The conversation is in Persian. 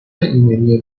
ایمنی